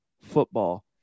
football